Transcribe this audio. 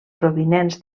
provinents